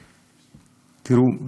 תראו,